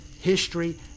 history